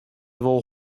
wol